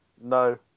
No